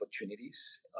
opportunities